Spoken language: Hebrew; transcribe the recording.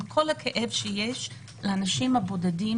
עם כל הכאב שיש לאנשים בודדים,